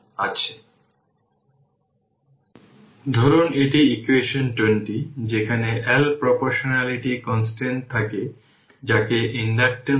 সুতরাং এটা হল সঠিক সার্কিট একটি ইন্ডাকটর এর জন্য সাধারণত R w হল সেই ইন্ডাকটিভ কয়েল এর রেজিস্ট্যান্স এবং Cw হল কাপলিং ক্যাপাসিট্যান্স এর মধ্যে 2 উইন্ডিং